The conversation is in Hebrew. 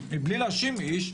מבלי להאשים איש,